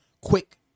quick